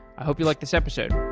i hope you like this episode.